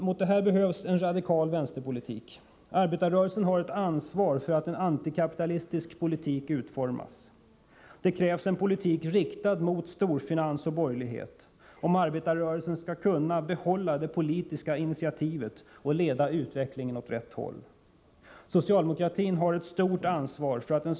Mot detta behövs en radikal vänsterpolitik. Arbetarrörelsen har ett ansvar för att en antikapitalistisk politik utformas. Det krävs en politik riktad mot storfinans och borgerlighet, om arbetarrörelsen skall kunna behålla det politiska initiativet och leda utvecklingen åt rätt håll. Socialdemokratin har ett stort ansvar för att en sådan politik genomförs. Men inför nästa lågkonjunktur och inför de kapitalistiska kriser som vi vet kommer går det inte längre att surfa på en våg av högkonjunktur eller att underlätta storfinansens strävanden. Då behövs ingrepp mot kapitalismen. Sådana står vänsterpartiet kommunisterna för.